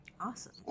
Awesome